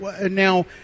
now